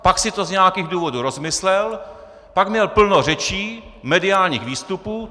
Pak si to z nějakých důvodů rozmyslel, pak měl plno řečí, mediálních výstupů!